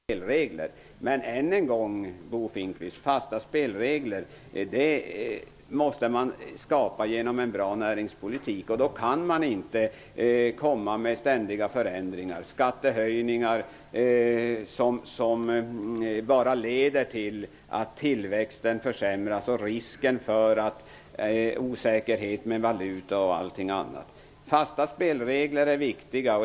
Herr talman! Bo Finnkvist talar om osäkerheten när man säljer ut företag. För att ta exemplet SSAB, så har det sålts ut aktier vid tre tillfällen, mycket försiktigt. Någon osäkerhet för företaget skulle det aldrig kunna bli. Tvärtom har man gjort det på ett sådant sätt som gjordes från början av Detta visar att man inte i något hänseende har gått fort fram. Det är likadant med Assidomän, där man inte säljer ut allt utan ser vad marknaden tillåter. På så sätt skapas säkerhet och fasta spelregler i företagen. Men än en gång, Bo Finnkvist, måste fasta spelregler skapas genom en bra näringspolitik. Då kan man inte komma med ständiga förändringar såsom skattehöjningar och sådant som bara leder till försämrad tillväxt och risk för osäkerhet med valuta m.m. Fasta spelregler är viktiga.